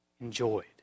enjoyed